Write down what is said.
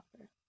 offer